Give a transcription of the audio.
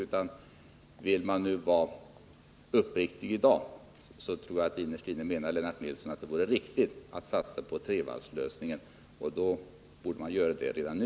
Jag tror också att Lennart Nilsson innerst inne menar att det är riktigt att satsa på trevarvslösningen. Då borde man göra det redan nu.